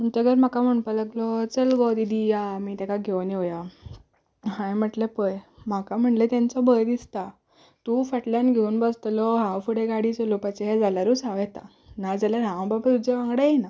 म्हणटकच म्हाका म्हणपाक लागलो चल गो दीदी या आमी ताका घेवन येवया हांवें म्हणलें पळय म्हाका म्हणलें तांचो भंय दिसता तूं फाटल्यान घेवन बसतलो हांव फुडें गाडी चलोवपाचें जाल्यारूच हांव येतां नाजाल्यार हांव बाबा तुज्या वांगडा येना